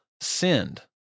sinned